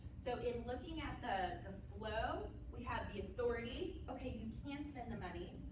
so in looking at the the flow, we have the authority. ok, you can spend the money.